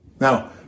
Now